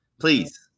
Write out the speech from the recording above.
please